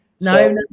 No